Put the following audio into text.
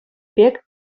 пек